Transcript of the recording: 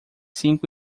cinco